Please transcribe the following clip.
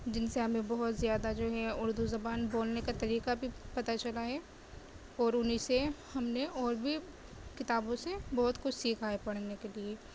جن سے ہمیں بہت زیادہ جو ہے اردو زبان بولنے کا طریقہ بھی پتا چلا ہے اور انہیں سے ہم نے اور بھی کتابوں سے بہت کچھ سیکھا ہے پڑھنے کے لیے